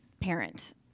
parent